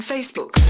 Facebook